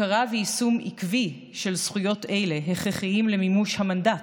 הכרה ויישום עקבי של זכויות אלה הכרחיים למימוש המנדט